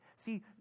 See